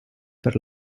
per